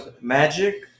Magic